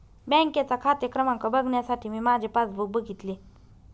बँकेचा खाते क्रमांक बघण्यासाठी मी माझे पासबुक बघितले